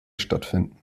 stattfinden